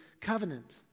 covenant